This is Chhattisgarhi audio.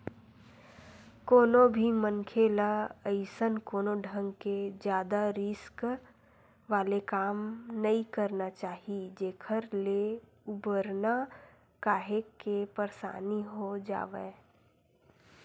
कोनो भी मनखे ल अइसन कोनो ढंग के जादा रिस्क वाले काम नइ करना चाही जेखर ले उबरना काहेक के परसानी हो जावय